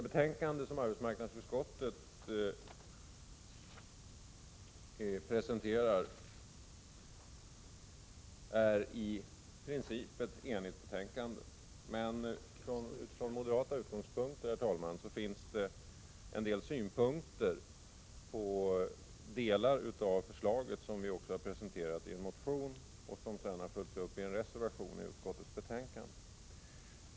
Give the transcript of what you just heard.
Utskottets betänkande är i princip enhälligt. Från moderata utgångspunkter, herr talman, har vi dock en del synpunkter på delar av förslaget, vilka vi också presenterat i en motion. Dessa följs upp i en reservation till utskottets betänkande.